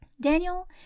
Daniel